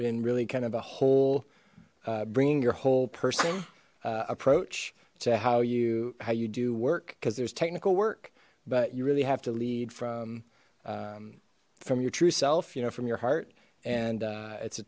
and really kind of a whole bringing your whole person uh approach to how you how you do work because there's technical work but you really have to lead from um from your true self you know from your heart and uh it's a